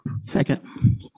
Second